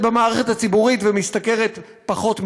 במערכת הציבורית ומשתכרת פחות מדי.